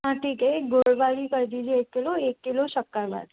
हाँ ठीक है एक गुड़ वाली कर दीजिए एक किलो एक किलो शक्कर वाली